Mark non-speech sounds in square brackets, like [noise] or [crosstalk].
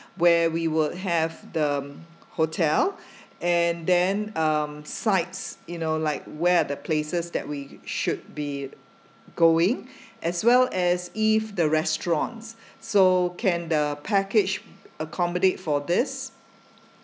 where we would have the hotel [breath] and then um sites you know like where are the places that we should be going as well as eve the restaurants so can the package accommodate for this